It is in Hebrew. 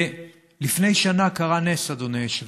לפני שנה קרה נס, אדוני היושב-ראש: